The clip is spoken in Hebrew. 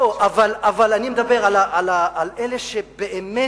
לא, אבל אני מדבר על אלה שבאמת